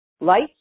Light